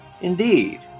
Indeed